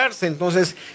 Entonces